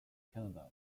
canada